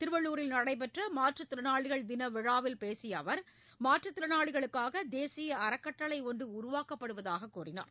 திருவள்ளூரில் நடைபெற்ற மாற்றுத் திறனாளிகள் தின விழாவில் பேசிய அவர் மாற்றுத் திறனாளிகளுக்காக தேசிய அறக்கட்டளை ஒன்று உருவாக்கப்படுவதாகக் கூறினார்